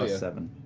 ah seven.